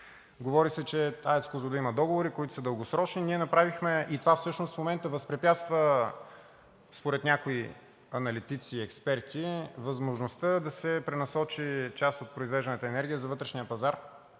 Говори се, че АЕЦ „Козлодуй“ има договори, които са дългосрочни и ние направихме, а това всъщност в момента възпрепятства според някои аналитици и експерти възможността да се пренасочи част от произвежданата енергия за вътрешния пазар